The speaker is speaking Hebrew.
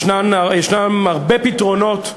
יש הרבה פתרונות,